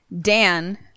Dan